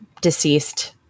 deceased